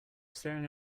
staring